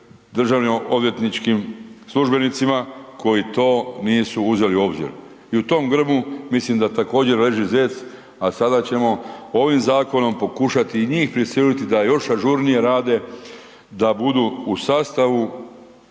državno odvjetničkim službenicima koji to nisu uzeli u obzir. I u tom grmu mislim da također leži zec a sada ćemo ovim zakonom pokušati i njih prisiliti da još ažurnije rade, da budu u sastavu